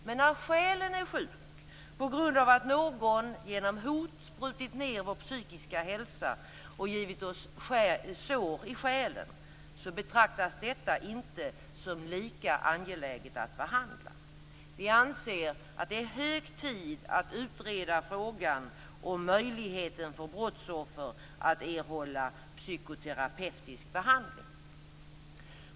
Men när själen är sjuk på grund av att någon genom hot brutit ned vår psykiska hälsa och givit oss sår i själen betraktas detta inte som lika angeläget att behandla. Vi moderater anser att det är hög tid att utreda frågan om möjligheten för brottsoffer att erhålla psykoterapeutisk behandling.